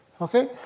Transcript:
Okay